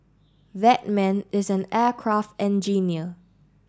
that man is an aircraft engineer